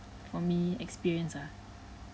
but for me experience ah